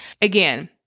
Again